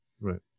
Right